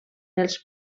els